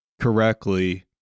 correctly